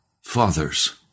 fathers